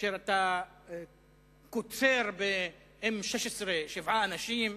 כאשר אתה קוצר ב-M-16 שבעה אנשים,